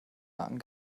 nacken